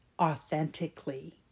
authentically